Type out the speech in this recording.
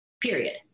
period